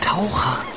Taucher